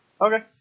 Okay